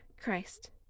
Christ